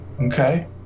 Okay